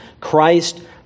Christ